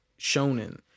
Shonen